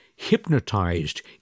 hypnotized